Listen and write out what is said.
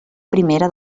primera